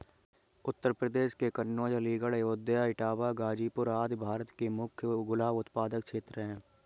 उत्तर प्रदेश के कन्नोज, अलीगढ़, अयोध्या, इटावा, गाजीपुर आदि भारत के मुख्य गुलाब उत्पादक क्षेत्र हैं